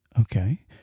Okay